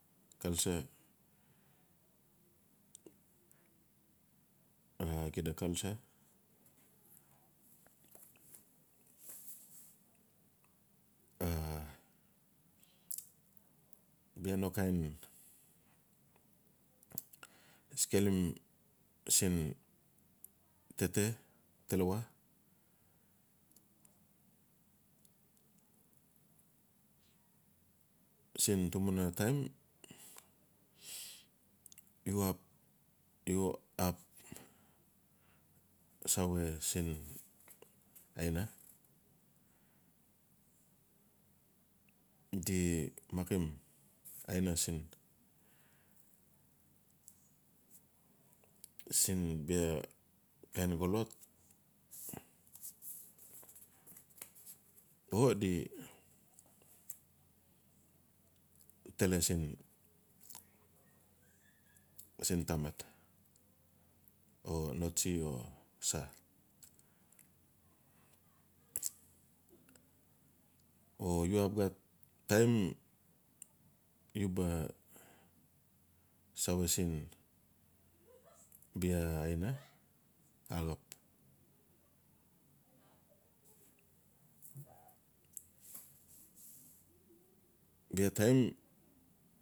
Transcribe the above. Cultre a gita cultre a bia no kind skelim. siin tete talawa. Siin tumbuna taim save siin aina. di malim aina siin-siin bia kain xolot o di tete siin tamat. o tsi o usait. O uaxap taim u ba save siin ba aina axap bia taim.